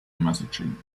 messaging